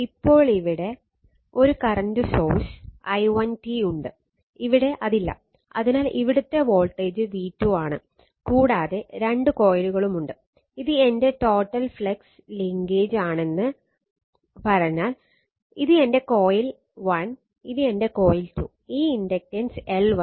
ഇപ്പോൾ ഇവിടെ ഒരു കറന്റ് സോഴ്സ് i1 ആണെന്ന് പറഞ്ഞാൽ ഇത് എന്റെ കോയിൽ 1 ഇത് എന്റെ കോയിൽ 2 ഈ ഇൻഡക്റ്റൻസ് L1